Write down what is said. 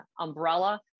umbrella